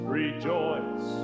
rejoice